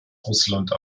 russland